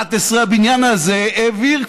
ב-2011 הבניין הזה העביר,